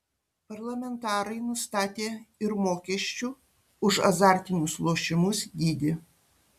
parlamentarai nustatė ir mokesčių už azartinius lošimus dydį